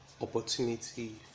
opportunity